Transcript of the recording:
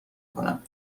کنم